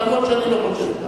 אף-על-פי שאני לא חושב כך.